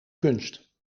kunst